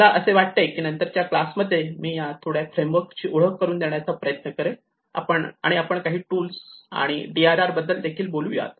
मला असे वाटते की नंतरच्या क्लासमध्ये मी या थोड्या फ्रेमवर्क ची फक्त ओळख करून देण्याचा प्रयत्न करेल आणि आपण काही टूल्स आणि DRR बद्दल देखील बोलूयात